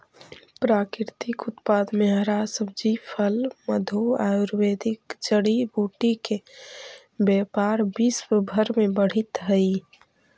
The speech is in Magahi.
प्राकृतिक उत्पाद में हरा सब्जी, फल, मधु, आयुर्वेदिक जड़ी बूटी के व्यापार विश्व भर में बढ़ित हई